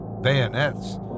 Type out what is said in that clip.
bayonets